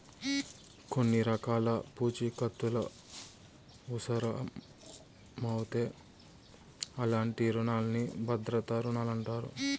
కొన్ని రకాల పూఛీకత్తులవుసరమవుతే అలాంటి రునాల్ని భద్రతా రుణాలంటారు